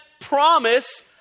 promise